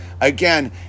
again